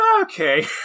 okay